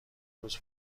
روز